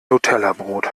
nutellabrot